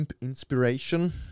inspiration